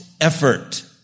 effort